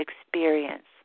experience